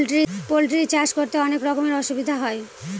poultry চাষ করতে অনেক রকমের অসুবিধা হয়